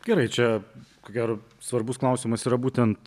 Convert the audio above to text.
gerai čia ko gero svarbus klausimas yra būtent